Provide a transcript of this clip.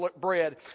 bread